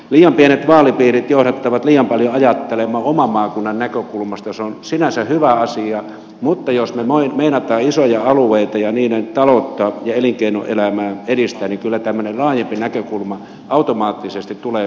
liian pienet vaalipiirit johdattavat liian paljon ajattelemaan oman maakunnan näkökulmasta ja se on sinänsä hyvä asia mutta jos me meinaamme isoja alueita ja niiden taloutta ja elinkeinoelämää edistää niin kyllä tämmöinen laajempi näkökulma automaattisesti tulee suurempien vaalipiirien kautta